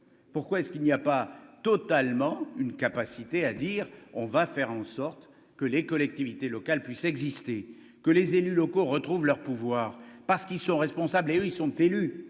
Pourquoi est-ce qu'il n'y a pas totalement une capacité à dire on va faire en sorte que les collectivités locales puissent exister que les élus locaux, retrouvent leur pouvoir, parce qu'ils sont responsables et ils sont élus